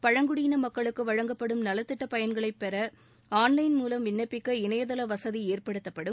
பழங்குடியின மக்களுக்கு வழங்கப்படும் நலத்திட்ட பயன்களை பெற ஆன்லைன் மூலம் விண்ணப்பிக்க இணையதள வசதி ஏற்படுத்தப்படும்